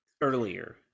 earlier